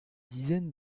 dizaines